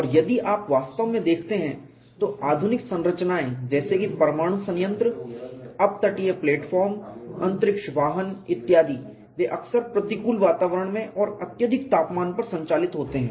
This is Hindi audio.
और यदि आप वास्तव में देखते हैं तो आधुनिक संरचनाएं जैसे कि परमाणु संयंत्र अपतटीय प्लेटफॉर्म अंतरिक्ष वाहन इत्यादि वे अक्सर प्रतिकूल वातावरण में और अत्यधिक तापमान पर संचालित होते हैं